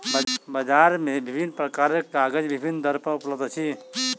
बजार मे विभिन्न प्रकारक कागज विभिन्न दर पर उपलब्ध अछि